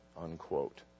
unquote